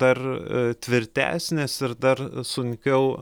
dar tvirtesnės ir dar sunkiau